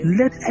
let